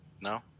No